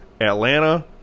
Atlanta